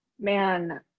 Man